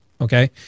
Okay